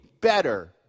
better